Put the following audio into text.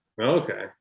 Okay